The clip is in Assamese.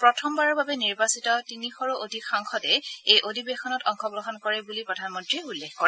প্ৰথমবাৰৰ বাবে নিৰ্বাচিত তিনিশৰো অধিক সাংসদে এই অধিৱেশনত অংশগ্ৰহণ কৰে বুলি প্ৰধানমন্ত্ৰীয়ে উল্লেখ কৰে